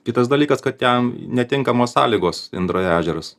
kitas dalykas kad ten netinkamos sąlygos indrajo ežeras